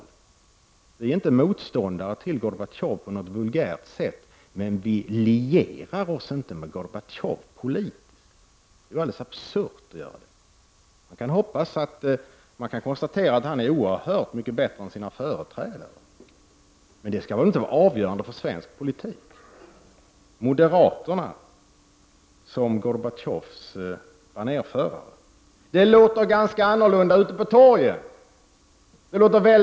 Vi i miljöpartiet är inte motståndare till Gorbatjov på något vulgärt sätt, men vi lierar oss inte med Gorbatjov politiskt. Det är ju alldeles absurt att göra det. Det går att konstatera att han är oerhört mycket bättre än sina företrädare. Men det skall väl inte vara avgörande för svensk politik? Moderaterna som Gorbatjovs banerförare! Det låter annorlunda ute på torgen.